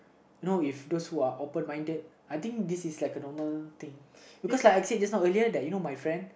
you know if those who are open minded I think this is like a normal thing because like a kid just now earlier you know my friend